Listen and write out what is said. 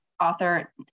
author